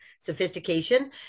sophistication